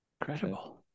Incredible